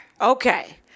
okay